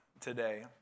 today